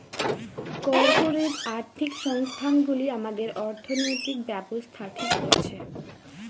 corporate আর্থিক সংস্থান গুলি আমাদের অর্থনৈতিক ব্যাবস্থা ঠিক করছে